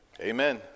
Amen